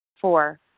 Four